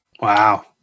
Wow